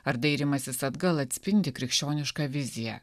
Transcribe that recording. ar dairymasis atgal atspindi krikščionišką viziją